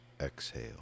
exhale